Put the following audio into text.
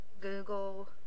Google